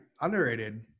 underrated